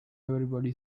everybody